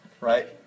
right